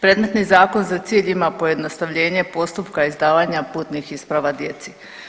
Predmetni zakon za cilj ima pojednostavljenje postupka izdavanja putnih isprava djeci.